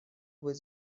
быть